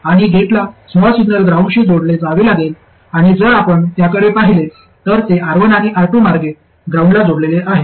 आणि गेटला small signal ग्राउंडशी जोडले जावे लागेल आणि जर आपण त्याकडे पाहिले तर ते R1 आणि R2 मार्गे ग्राउंडला जोडलेले आहे